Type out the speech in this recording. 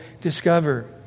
discover